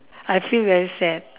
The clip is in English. I feel very sad